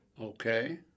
Okay